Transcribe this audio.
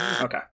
Okay